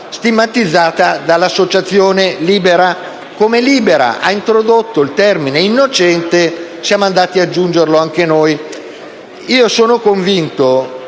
stigmatizzata dall'associazione Libera. Come Libera ha introdotto il termine innocenti, siamo andati ad aggiungerlo anche noi. Le iniziative